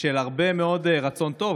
של הרבה מאוד רצון טוב,